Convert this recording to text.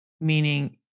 meaning